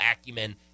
acumen